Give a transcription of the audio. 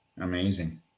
Amazing